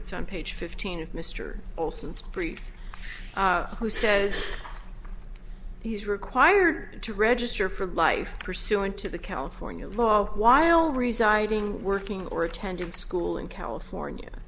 it's on page fifteen of mr olson sprit who says he's required to register for life pursuant to the california law while residing working or attending school in california